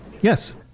Yes